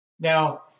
Now